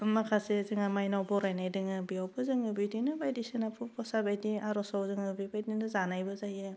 माखासे जोङा माइनाव बरायनाय दोङो बेयावबो जोङो बिदिनो बायदिसिना फ्रसाद बायदि आरजखौ जोङो बेबायदिनो जानायबो जायो